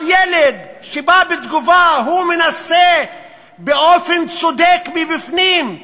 אבל ילד שבא בתגובה, הוא מנסה באופן צודק מבפנים,